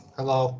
Hello